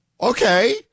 Okay